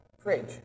fridge